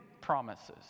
promises